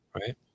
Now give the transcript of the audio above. Right